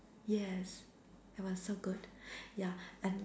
yes it was so good ya and